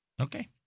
Okay